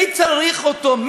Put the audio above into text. מי צריך אותו?